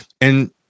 And-